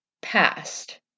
past